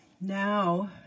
now